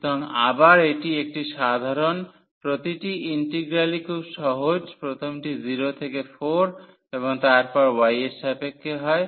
সুতরাং আবার এটি একটি সাধারণ প্রতিটি ইন্টিগ্রালই খুব সহজ প্রথমটি 0 থেকে 4 এবং তারপর y এর সাপেক্ষে হয়